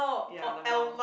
ya lmao